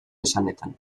esanetan